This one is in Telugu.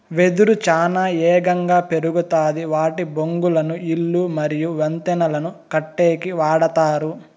వెదురు చానా ఏగంగా పెరుగుతాది వాటి బొంగులను ఇల్లు మరియు వంతెనలను కట్టేకి వాడతారు